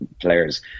players